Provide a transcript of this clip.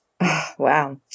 Wow